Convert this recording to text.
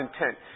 intent